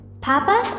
Papa